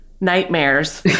nightmares